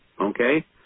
Okay